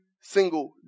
single